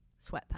sweatpants